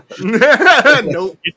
Nope